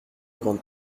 grande